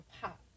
pop